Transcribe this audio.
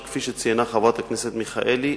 שכפי שציינה חברת הכנסת מיכאלי,